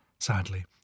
Sadly